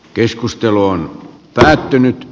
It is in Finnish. keskustelu on päättynyt